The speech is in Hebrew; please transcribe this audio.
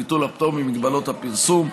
ביטול הפטור ממגבלות הפרסום,